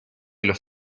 los